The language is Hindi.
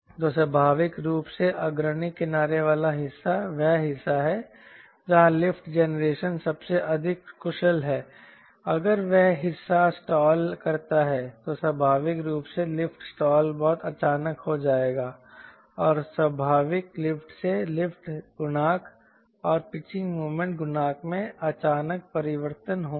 तो स्वाभाविक रूप से अग्रणी किनारे वाला हिस्सा वह हिस्सा है जहां लिफ्ट जेनरेशन सबसे अधिक कुशल है अगर वह हिस्सा स्टाल करता है तो स्वाभाविक रूप से लिफ्ट स्टाल बहुत अचानक हो जाएगा और स्वाभाविक रूप से लिफ्ट गुणांक और पिचिंग मोमेंट गुणांक में अचानक परिवर्तन होंगे